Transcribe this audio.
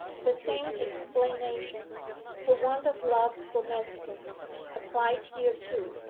the same explanation her want of love for manston applied here too,